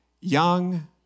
young